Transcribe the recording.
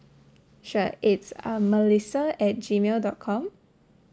sure it's um melissa at gmail dot com